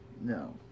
No